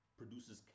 produces